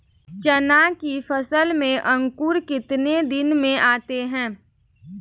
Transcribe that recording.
चना की फसल में अंकुरण कितने दिन में आते हैं?